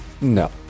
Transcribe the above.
No